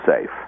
SAFE